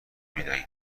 میدهیم